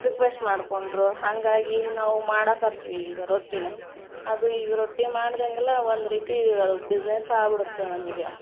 request ಮಾಡ್ಕೊಂಡರು ಹಂಗಾಗಿ ನಾವು ಮಾಡಕತ್ವಿ ಈಗ ರೊಟ್ಟಿನ ಅದು ಈಗ ರೊಟ್ಟಿ ಮಾಡ್ದಂಗೆಲ ಒಂದು ರೀತಿ ಅದು ಬಿಸ್ನೆಸ್ ಆಗ್ಬಿಡುತ್ತ ನಮಗೆ